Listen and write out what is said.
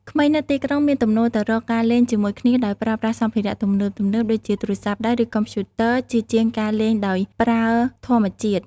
ក្មេងនៅទីក្រុងមានទំនោរទៅរកការលេងជាមួយគ្នាដោយប្រើប្រាស់សម្ភារៈទំនើបៗដូចជាទូរស័ព្ទដៃឬកុំព្យូទ័រជាជាងការលេងដោយប្រើធម្មជាតិ។